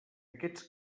aquests